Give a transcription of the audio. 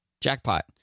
jackpot